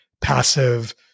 passive